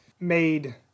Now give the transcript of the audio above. made